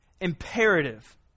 imperative